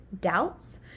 doubts